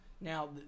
Now